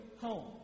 home